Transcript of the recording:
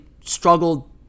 struggled